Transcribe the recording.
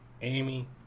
Amy